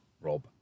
Rob